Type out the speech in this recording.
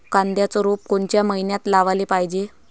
कांद्याचं रोप कोनच्या मइन्यात लावाले पायजे?